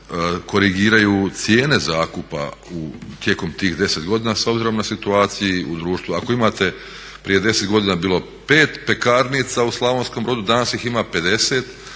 korigiraju cijene zakupa tijekom tih 10 godina s obzirom na situaciju u društvu. Ako imate prije 10 godina je bilo 5 pekarnica u Slavonskom Brodu, danas ih ima 50,